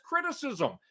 criticism